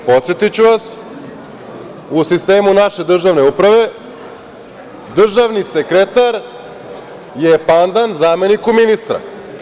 Podsetiću vas, u sistemu naše državne uprave, državni sekretar je pandan zameniku ministra.